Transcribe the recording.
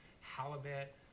Halibut